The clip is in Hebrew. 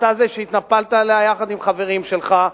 אתה זה שהתנפלת עליה יחד עם חברים שלך.